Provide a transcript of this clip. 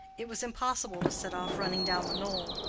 it was impossible to set off running down the knoll.